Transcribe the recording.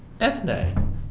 ethne